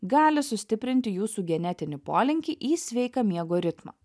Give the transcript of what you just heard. gali sustiprinti jūsų genetinį polinkį į sveiką miego ritmą